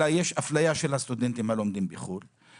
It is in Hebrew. אלא שיש אפליה של הסטודנטים הלומדים בחוץ לארץ.